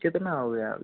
कितना हो गया अभी